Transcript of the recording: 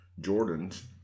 Jordans